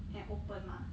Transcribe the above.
and open mah